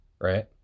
right